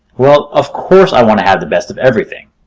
well, of course i want to have the best of everything.